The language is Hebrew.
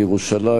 מירושלים,